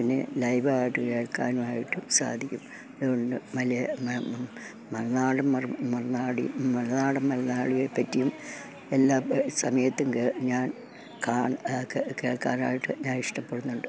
പിന്നെ ലൈവ് ആയിട്ട് കേൾക്കാനായിട്ടും സാധിക്കും അതുകൊണ്ട് മറുനാടൻ മലയാളിയെപ്പറ്റിയും എല്ലാസമയത്തും ഞാൻ കേൾക്കാനായിട്ട് ഞാൻ ഇഷ്ടപ്പെടുന്നുണ്ട്